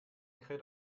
kräht